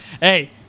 Hey